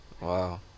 Wow